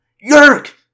Yerk